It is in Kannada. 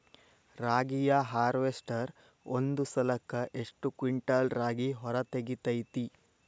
ರಾಗಿಯ ಹಾರ್ವೇಸ್ಟರ್ ಒಂದ್ ಸಲಕ್ಕ ಎಷ್ಟ್ ಕ್ವಿಂಟಾಲ್ ರಾಗಿ ಹೊರ ತೆಗಿತೈತಿ?